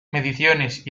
mediciones